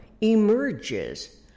emerges